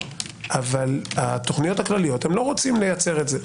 אבל התוכניות הכלכליות הם לא רוצם לייצר את זה.